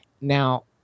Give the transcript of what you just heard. Now